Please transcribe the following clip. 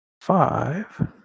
five